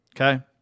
Okay